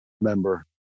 member